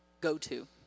go-to